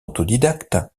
autodidacte